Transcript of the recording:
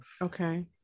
okay